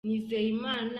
nizeyimana